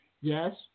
Yes